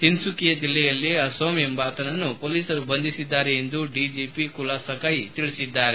ತಿನ್ನುಕಿಯಾ ಜಿಲ್ಲೆಯಲ್ಲಿ ಅಸೋಮ್ ಎಂಬಾತನ್ನು ಪೊಲೀಸರು ಬಂಧಿಸಿದ್ದಾರೆ ಎಂದು ಡಿಜಿಪಿ ಕುಲಾ ಸೈಕಿಯಾ ಹೇಳಿದ್ದಾರೆ